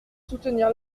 soutenir